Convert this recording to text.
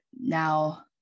now